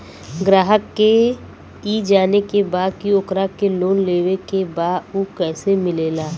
ग्राहक के ई जाने के बा की ओकरा के लोन लेवे के बा ऊ कैसे मिलेला?